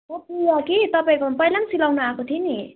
म प्रिया कि तपाईँकोमा पहिला पनि सिलाउनु आएको थिएँ नि